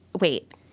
Wait